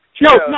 no